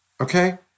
okay